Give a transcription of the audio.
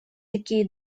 такие